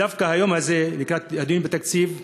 ודווקא ביום הזה, לקראת הדיון בתקציב,